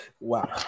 Wow